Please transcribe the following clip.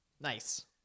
Nice